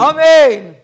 Amen